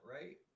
right